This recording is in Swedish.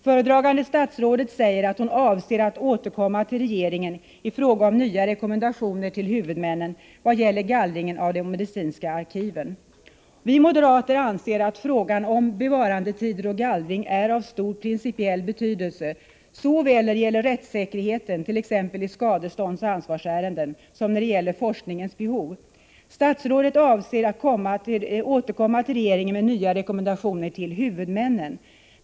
Föredragande statsråd säger att hon avser att återkomma till regeringen i fråga om nya rekommendationer till huvudmännen i vad gäller gallringen av de medicinska arkiven. Vi moderater anser att frågan om bevarandetider och gallring är av stor principiell betydelse, såväl när det gäller rättssäkerheten, t.ex. i skadeståndsoch ansvarsärenden, som när det gäller forskningens behov. Statsrådet avser att återkomma till regeringen med nya rekommendationer till huvudmännen.